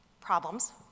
problems